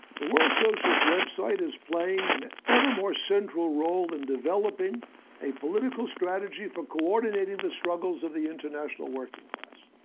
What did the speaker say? the world socialist web site is playing an ever more central role in developing a political strategy for coordinating the struggles of the international working class.